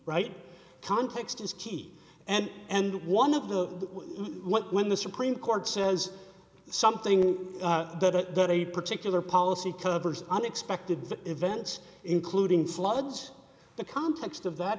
right context is key and and one of the when the supreme court says something that a particular policy covers unexpected events including floods the context of that